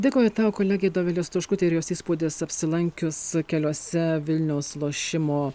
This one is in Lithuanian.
dėkoju tau kolegė dovilė stoškutė ir jos įspūdis apsilankius keliose vilniaus lošimo